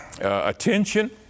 attention